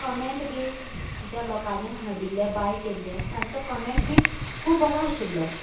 comment बी ज्या लोकांनी हाडिल्ले बाय केल्ले तांचो कमेंट बी खूब बरो आशिल्लो